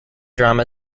drama